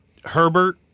Herbert